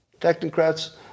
technocrats